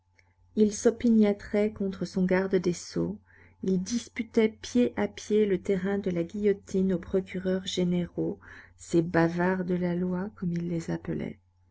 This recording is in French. il s'opiniâtrait contre son garde des sceaux il disputait pied à pied le terrain de la guillotine aux procureurs généraux ces bavards de la loi comme il les appelait